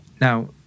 Now